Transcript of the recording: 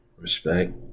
Respect